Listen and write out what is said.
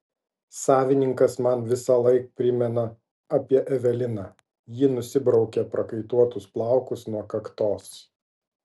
savininkas man visąlaik primena apie eveliną ji nusibraukė prakaituotus plaukus nuo kaktos